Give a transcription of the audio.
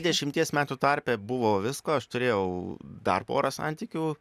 dešimties metų tarpe buvo visko aš turėjau dar porą santykių